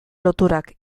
loturak